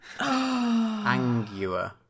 Angua